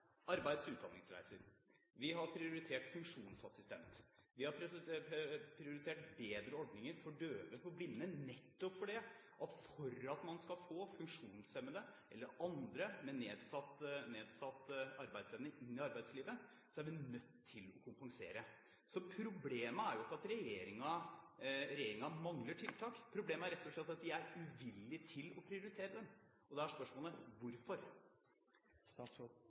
arbeids- og utdanningsreiser. Vi har prioritert funksjonsassistent. Vi har prioritert bedre ordninger for døve og blinde, nettopp fordi at for at man skal få funksjonshemmede eller andre med nedsatt arbeidsevne inn i arbeidslivet, er vi nødt til å kompensere. Så problemet er jo ikke at regjeringen mangler tiltak, problemet er rett og slett at de er uvillige til å prioritere dem. Og da er spørsmålet: Hvorfor?